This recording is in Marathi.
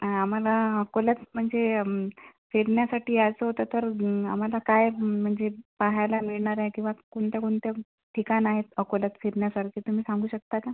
आमाला अकोल्यात म्हनजे फिरण्यासाठी यायचं होतं तर आमाला काय म्हनजे पाहायला मिळनाराय किंवा कोणते कोणते ठिकाणं आहेत अकोल्यात फिरण्यासारखी तुमी सांगू शकता का